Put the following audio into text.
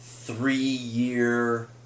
three-year